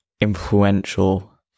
influential